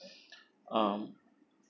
um